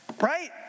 Right